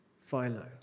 Philo